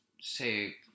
say